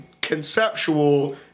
conceptual